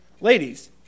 Ladies